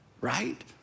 right